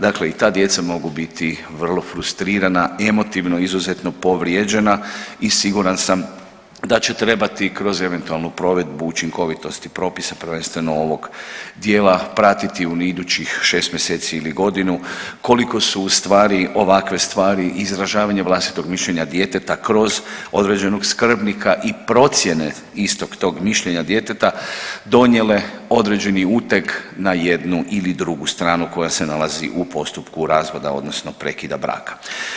Dakle i ta djeca mogu biti vrlo frustrirana emotivno izuzetno povrijeđena i siguran sam da će trebati kroz eventualnu provedbu učinkovitosti propisa prvenstveno ovog dijela pratiti u idućih 6 mjeseci ili godinu koliko su u stvari ovakve stvari izražavanje vlastitog mišljenja djeteta kroz određenog skrbnika i procjene istog tog mišljenja djeteta donijele određeni uteg na jednu ili drugu stranu koja se nalazi u postupku razvoda, odnosno prekida braka.